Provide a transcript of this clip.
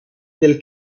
del